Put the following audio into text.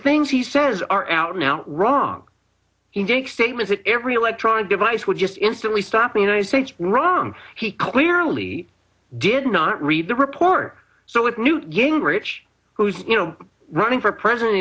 things he says are out now wrong statement that every electronic device would just instantly stop the united states wrong he clearly did not read the report so it newt gingrich who's you know running for president